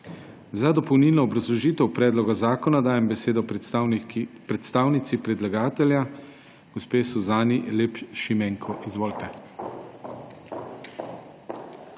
Za dopolnilno obrazložitev predloga zakona dajem besedo predstavnici predlagatelja gospe Suzani Lep Šimenko. Izvolite.